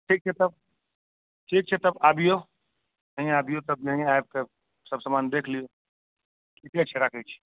ठीक छै तब ठीक छै तब अबियौ अबियौ तब अबियौ सब समान देख लियौ ठीके छै राखै छी